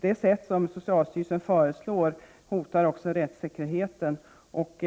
Det som socialstyrelsen föreslår hotar rättssäkerheten och